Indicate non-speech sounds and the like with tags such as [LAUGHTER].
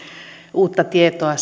uutta tietoa [UNINTELLIGIBLE]